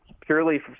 purely